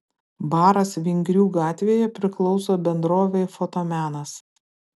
baras vingrių gatvėje priklauso bendrovei fotomenas